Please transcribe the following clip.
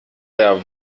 der